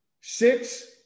six